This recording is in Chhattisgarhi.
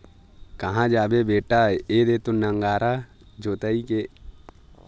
काँहा जाबे बेटा ऐदे तो नांगर जोतई के काम बूता ह चलत हवय